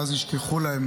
ואז ישכחו להם